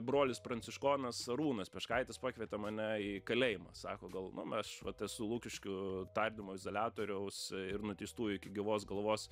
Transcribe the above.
brolis pranciškonas arūnas peškaitis pakvietė mane į kalėjimą sako gal nu aš vat esu lukiškių tardymo izoliatoriaus ir nuteistųjų iki gyvos galvos